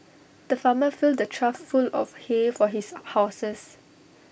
the farmer filled A trough full of hay for his horses